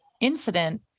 incident